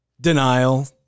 Denial